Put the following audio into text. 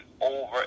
over